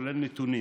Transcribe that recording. כולל נתונים.